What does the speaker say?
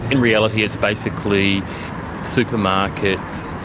in reality it's basically supermarkets,